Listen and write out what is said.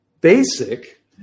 basic